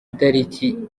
itariki